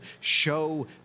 show